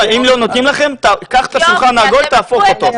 אם לא נותנים לכם קח את השולחן העגול ותהפוך אותו.